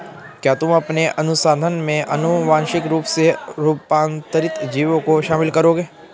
क्या तुम अपने अनुसंधान में आनुवांशिक रूप से रूपांतरित जीवों को शामिल करोगे?